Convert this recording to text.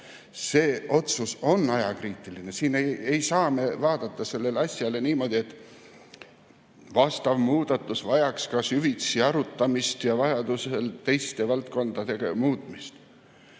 See otsus on ajakriitiline. Siin ei saa me vaadata sellele asjale niimoodi, et vastav muudatus vajaks ka süvitsi arutamist ja vajaduse korral teiste valdkondade muutmist.